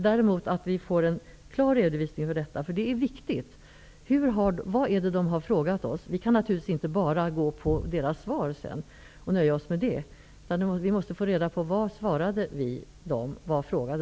Detta är viktigt: Vad är det de har frågat oss? Vi kan naturligtvis inte bara se på deras svar, utan vi måste veta vad vi svarade dem och vad de frågade.